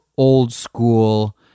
old-school